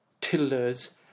tillers